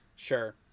Sure